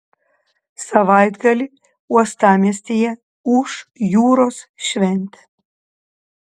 savaitgalį uostamiestyje ūš jūros šventė